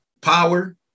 power